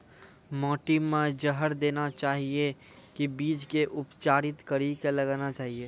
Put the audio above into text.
माटी मे जहर देना चाहिए की बीज के उपचारित कड़ी के लगाना चाहिए?